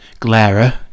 Glara